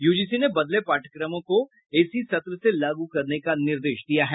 UGC ने बदले पाठ्यक्रमों को इसी सत्र से लागू करने का निर्देश दिया है